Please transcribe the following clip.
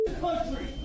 country